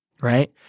right